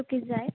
कित जाय